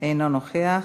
אינו נוכח.